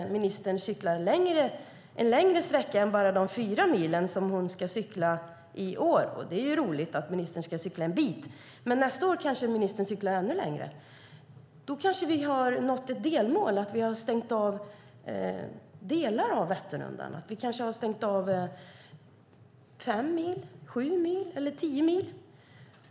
Det är roligt att ministern ska cykla fyra mil i år, men nästa år kanske ministern cyklar ännu längre. Då har vi kanske nått delmålet att stänga av åtminstone delar av Vätternrundan. Vi kanske har stängt av fem, sju eller tio mil.